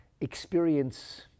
experience